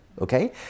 okay